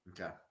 Okay